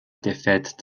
défaite